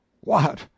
What